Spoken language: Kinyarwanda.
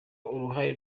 uruhare